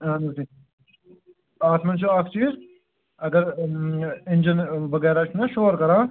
اَہن حظ اَتھ منٛز چھُ اَکھ چیٖز اَگر اِنجَن وغیرہ چھُنَہ شوٗر کَران